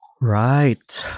Right